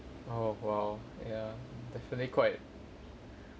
oh !wow! ya definitely quite